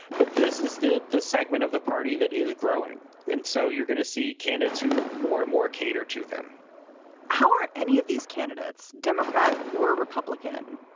but this is the the segment of the party that is growing. and so you're going to see candidates who more and more cater to them how are any of these candidates, democrat or republican,